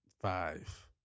Five